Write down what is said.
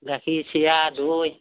গাখীৰ চিৰা দৈ